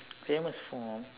famous for